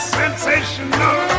sensational